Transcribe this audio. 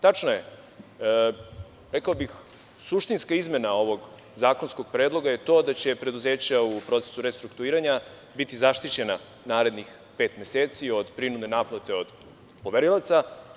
Tačno je, suštinska izmena ovog zakonskog predloga je to da će preduzeća u procesu restrukturiranja biti zaštićena narednih pet meseci od prinudne naplata od poverilaca.